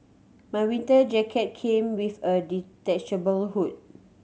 my winter jacket came with a detachable hood